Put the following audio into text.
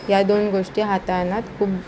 या दोन गोष्टी हाताळणात खूप